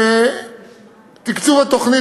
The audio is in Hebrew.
תקצוב התוכנית,